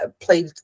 played